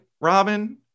Robin